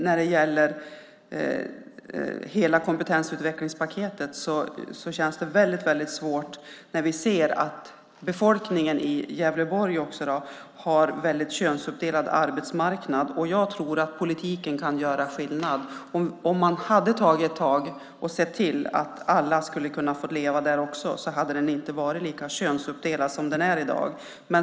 När det gäller hela kompetensutvecklingspaketet känns det svårt när vi ser att befolkningen i Gävleborg har mycket könsuppdelad arbetsmarknad. Jag tror att politiken kan göra skillnad. Hade man sett till att alla kunde leva där hade den inte varit lika könsuppdelad som i dag.